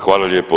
Hvala lijepo.